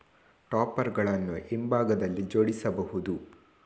topper ಗಳನ್ನು ಹಿಂಭಾಗದಲ್ಲಿ ಜೋಡಿಸಬಹುದು